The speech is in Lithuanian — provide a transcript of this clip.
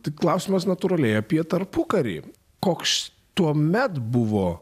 tai klausimas natūraliai apie tarpukarį koks tuomet buvo